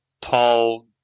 tall